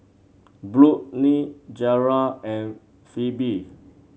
Brooklyn Gearld and Phebe